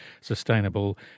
sustainable